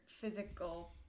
physical